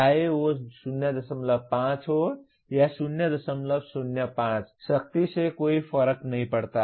चाहे वह 05 हो या 005 सख्ती से कोई फर्क नहीं पड़ता